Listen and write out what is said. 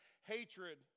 hatred